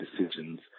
decisions